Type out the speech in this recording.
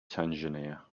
tangier